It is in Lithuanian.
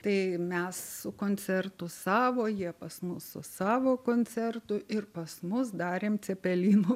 tai mes su koncertu savo jie pas mus su savo koncertu ir pas mus darėm cepelinų